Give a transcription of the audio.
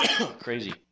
Crazy